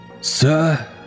Sir